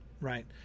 right